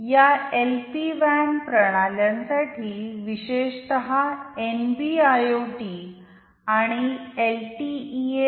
या एलपी वॅन प्रणाल्यांसाठी विशेषत एनबी आयओटी आणि एलटीई एम